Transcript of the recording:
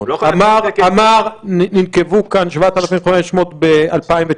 ננקבו כאן 7,500 ב-2019,